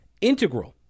integral